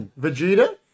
Vegeta